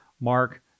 Mark